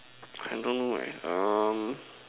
I don't know leh um